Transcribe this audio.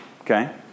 Okay